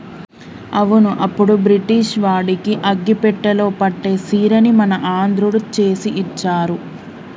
అవును అప్పుడు బ్రిటిష్ వాడికి అగ్గిపెట్టెలో పట్టే సీరని మన ఆంధ్రుడు చేసి ఇచ్చారు